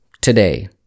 today